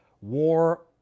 war